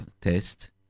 test